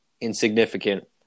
insignificant